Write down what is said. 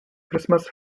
christmas